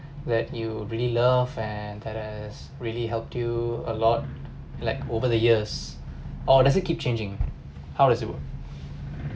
that you really love and that has really helped you a lot like over the years or does it keep changing how does it work